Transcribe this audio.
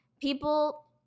People